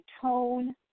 tone